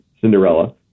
Cinderella